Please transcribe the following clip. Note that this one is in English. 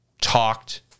talked